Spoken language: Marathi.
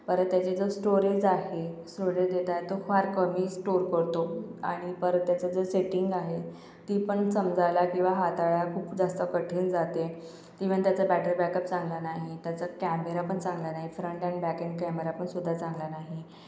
परत त्याचे जो स्टोरेज आहे स्टोरेज देते आहे तो फार कमी स्टोर करतो आणि त्याचं परत जे सेटिंग आहे ती पण समजायला किंवा हाताळायला खूप जास्त कठीण जाते इव्हन त्याचा बॅटरी बॅकअप चांगला नाही त्याचा कॅमेरापण चांगला नाही फ्रंट आणि बॅक एन्ड कॅमेरापणसुद्धा चांगला नाही